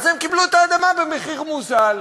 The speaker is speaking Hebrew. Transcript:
אז הם קיבלו את האדמה במחיר מוזל.